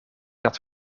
dat